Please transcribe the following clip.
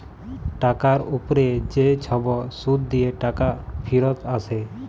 টাকার উপ্রে যে ছব সুদ দিঁয়ে টাকা ফিরত আসে